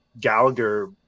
gallagher